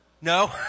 No